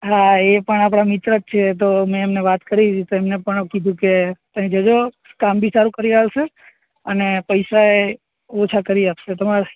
હા એ પણ આપણા મિત્ર જ છે તો મેં એમને વાત કરી હતી તો એમણે પણ કીધું કે તમે જજો કામ બી સારું કરી આપશે અને પૈસાય ઓછા કરી આપશે તમારા